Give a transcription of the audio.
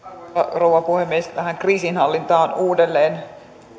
rouva puhemies tähän kriisinhallintaan uudelleen